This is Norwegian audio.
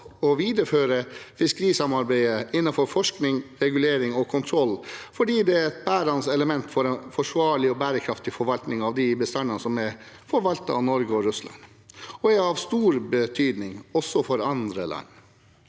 å videreføre fiskerisamarbeidet innenfor forskning, regulering og kontroll, fordi dette er bærende elementer for en forsvarlig og bærekraftig forvaltning av de bestandene som blir forvaltet av Norge og Russland, og som er av stor betydning, også for andre land.